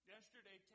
Yesterday